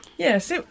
Yes